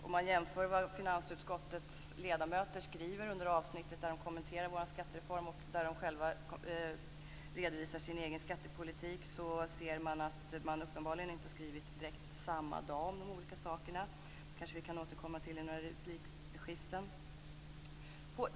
Om man jämför vad finansutskottets ledamöter skriver under avsnittet där de kommenterar vårt förslag till skattereform och där de själva redovisar sin egen skattepolitik, ser man att de uppenbarligen inte har skrivit om de olika sakerna på samma dag. Detta kanske vi kan återkomma till i några replikskiften.